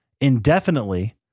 indefinitely